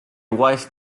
wife